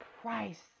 price